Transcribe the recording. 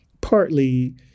partly